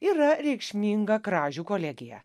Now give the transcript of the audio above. yra reikšminga kražių kolegija